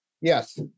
Yes